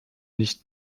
nicht